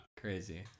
crazy